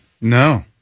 No